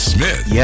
Smith